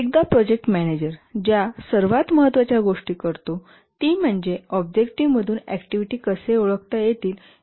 एकदा project manager ज्या सर्वात महत्वाच्या गोष्टी करतो ती म्हणजे ऑब्जेक्टिव्हमधून ऍक्टिव्हिटी कसे ओळखता येतील हे ओळखले गेले